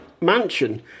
mansion